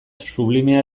sublimea